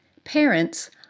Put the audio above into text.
Parents